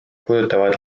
puudutavad